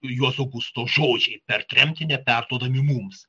juozo gusto žodžiai per tremtinę neperduodami mums